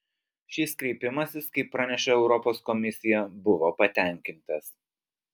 šis kreipimasis kaip praneša europos komisija buvo patenkintas